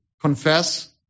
Confess